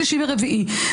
שלישי ורביעי,